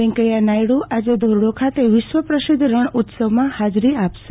વૈકેયા નાયડુ આજે ધોરડો ખાતે વિશ્વ પ્રસિધ્ધ રણઉત્સવમાં હાજરી આપશે